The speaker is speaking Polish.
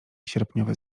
sierpniowy